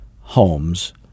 homes